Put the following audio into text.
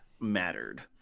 mattered